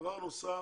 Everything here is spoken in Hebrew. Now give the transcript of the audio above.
דבר נוסף,